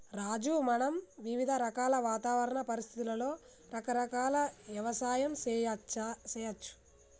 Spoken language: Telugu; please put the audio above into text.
రాజు మనం వివిధ రకాల వాతావరణ పరిస్థితులలో రకరకాల యవసాయం సేయచ్చు